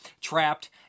trapped